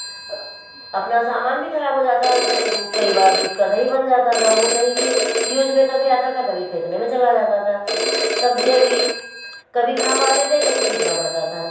अपना सामान भी खराब हो जाता था कई बार दूध का दही बन जाता था वह दही भी यूज में कभी आता था कभी फेंकने में चला जाता था सब्ज़ी अभी कभी खा पाते थे कभी फेंकना पड़ता था